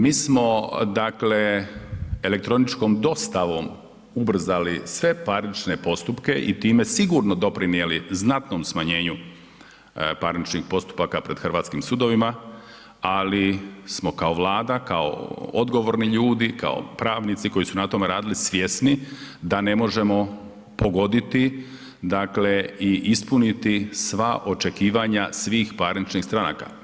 Mi smo, dakle elektroničkom dostavom ubrzali sve parnične postupke i time sigurno doprinijeli znatnom smanjenju parničnih postupaka pred hrvatskim sudovima, ali smo kao Vlada, kao odgovorni ljudi, kao pravnici koji su na tome radili, svjesni da ne možemo pogoditi, dakle i ispuniti sva očekivanja svih parničnih stranaka.